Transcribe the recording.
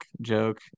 joke